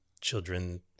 children